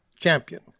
champion